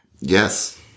Yes